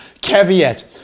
caveat